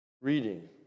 reading